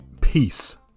peace